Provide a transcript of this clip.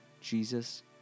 Jesus